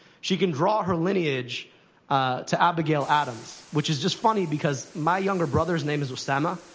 she can draw her lineage to abigail adams, which is just funny, because my younger brother's name is osama.